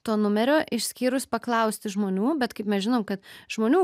to numerio išskyrus paklausti žmonių bet kaip mes žinom kad žmonių